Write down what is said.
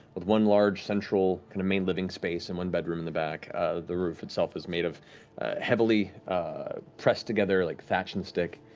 with one large central kind of main living space and one bedroom in the back. the roof itself is made of heavily pressed-together like thatch and stick.